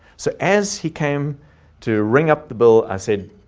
so as he came to ring up the bill, i said,